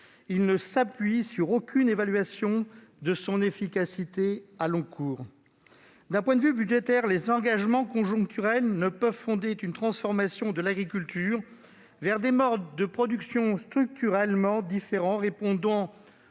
Il ne s'appuie sur aucune évaluation de son efficacité au long cours. D'un point de vue budgétaire, des engagements conjoncturels ne peuvent fonder une transformation de l'agriculture vers des modes de production structurellement différents répondant